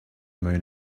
moon